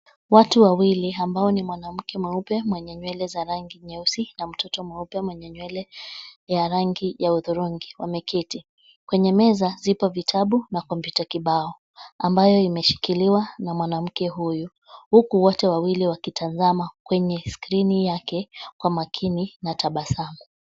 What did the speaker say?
Watu wawili ambao ni mwanamke mweupe mwenye nywele za rangi nyeusi na mtoto mweupe mwenye nywele ya rangi ya hudhurungi wameketi. Kwenye meza, zipo vitabu na kompyuta kibao ambao imeshikiliwa na mwanamke huyu huku wote wawili wakitazama kwenye skrini yake kwa makini na tabasamu.